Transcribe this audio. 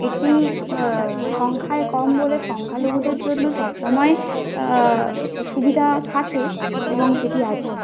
এটি সংখ্যায় কম বলে সংখ্যালঘুদের জন্য সবসময় সুবিধা থাকে এবং সেটি আছে